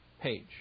page